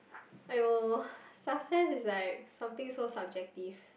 !aiyo! success is like something so subjective